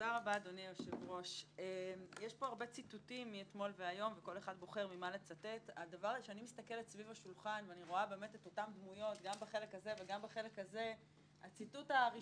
יש כאן כוונה לצמצם את חופש הביטוי והדבר הזה הוא